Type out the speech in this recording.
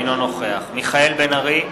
אינו נוכח מיכאל בן-ארי,